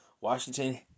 Washington